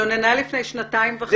היא התלוננה לפני שנתיים וחצי.